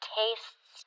tastes